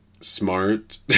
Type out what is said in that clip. smart